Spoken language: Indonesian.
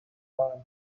malam